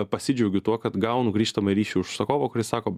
pasidžiaugiu tuo kad gaunu grįžtamąjį ryšį užsakovą kuris sako